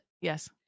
Yes